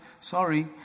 Sorry